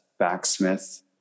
backsmith